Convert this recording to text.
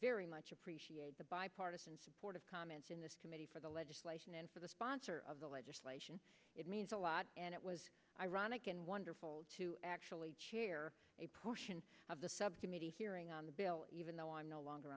very much appreciate the bipartisan support of comments in this committee for the legislation and for the sponsor of the legislation it means a lot and it was ironic and wonderful to actually chair a portion of the subcommittee hearing on the bill even though i'm no longer